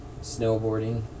snowboarding